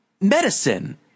medicine